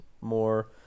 more